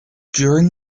during